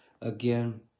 again